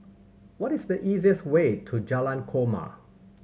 what is the easiest way to Jalan Korma